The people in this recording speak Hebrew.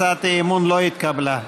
הצעת האי-אמון לא התקבלה.